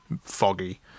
foggy